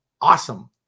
awesome